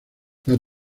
las